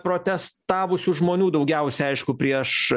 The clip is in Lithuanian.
protestavusių žmonių daugiausia aišku prieš